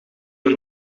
een